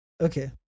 Okay